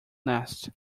nest